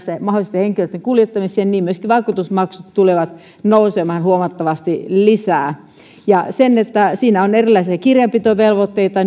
mahdollisesti henkilöitten kuljettamiseen myöskin vakuutusmaksut tulevat nousemaan huomattavasti lisää ja siinä on erilaisia kirjanpitovelvoitteita